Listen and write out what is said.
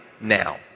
now